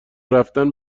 رفتن